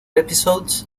episodes